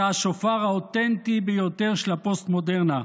אתה השופר האותנטי ביותר של הפוסט-מודרנה.